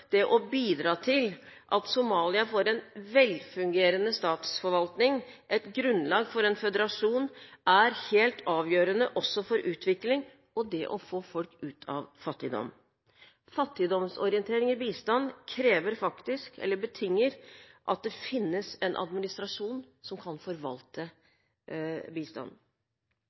det å bidra til at Somalia får en velfungerende statsforvaltning, et grunnlag for en føderasjon, er helt avgjørende også for utvikling og det å få folk ut av fattigdom. Fattigdomsorientering i bistand betinger at det finnes en administrasjon som kan forvalte bistanden.